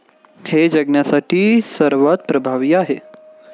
हे जगण्यासाठी सर्वात प्रभावी आहे